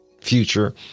future